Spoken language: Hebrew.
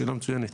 שאלה מצוינת.